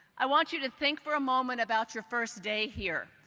i want you to think for a moment about your first day here.